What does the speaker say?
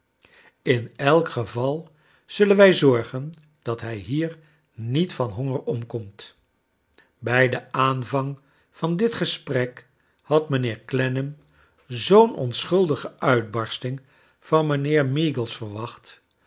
in elk geval zullen wij zorgen dat hij hier niet van honger omkomt bij den aanvang van dit gesprek had mynheer clennam zoo'n onschuldige uit bar sting van mijnheer meagles verwacht